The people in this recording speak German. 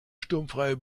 sturmfreie